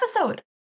episode